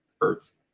earth